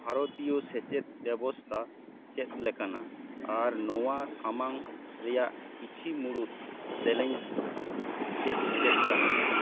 ᱵᱷᱟᱨᱚᱛᱤᱭᱚ ᱥᱮᱪᱮᱫ ᱵᱮᱵᱚᱥᱛᱟ ᱪᱮᱫ ᱞᱮᱠᱟᱱᱟ ᱟᱨ ᱱᱚᱣᱟ ᱥᱟᱢᱟᱝ ᱨᱮᱭᱟᱜ ᱠᱤᱪᱷᱤ ᱢᱩᱲᱩᱫ ᱪᱮᱞᱮᱧᱡᱽ ᱪᱮᱫ ᱪᱮᱫ ᱠᱟᱱᱟ